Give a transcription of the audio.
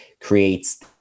creates